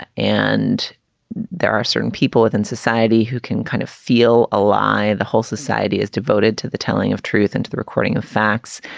ah and there are certain people within society who can kind of feel alive. the whole society is devoted to the telling of truth, into the recording of facts.